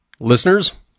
Listeners